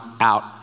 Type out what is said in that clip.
out